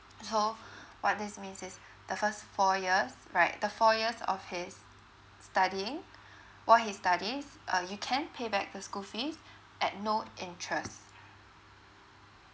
so what this means is the first four years right the four years of his studying what he studies uh you can pay back the school fees at no interest